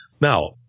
Now